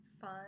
fun